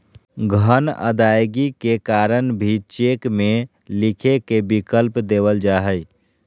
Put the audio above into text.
धन अदायगी के कारण भी चेक में लिखे के विकल्प देवल जा हइ